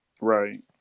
Right